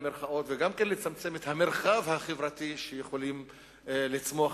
וגם לצמצם את המרחב החברתי שיכולות לצמוח